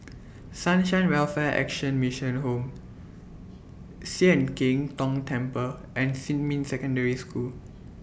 Sunshine Welfare Action Mission Home Sian Keng Tong Temple and Xinmin Secondary School